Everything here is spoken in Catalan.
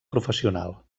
professional